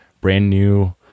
brand-new